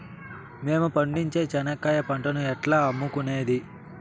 మేము పండించే చెనక్కాయ పంటను ఎట్లా అమ్ముకునేది?